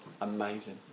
Amazing